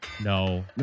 No